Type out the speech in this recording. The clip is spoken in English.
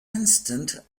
instant